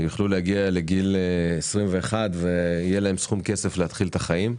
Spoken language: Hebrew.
שיוכלו להגיע לגיל 21 ויהיה להם סכום כסף להתחיל אתו את החיים.